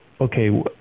okay